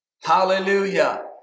Hallelujah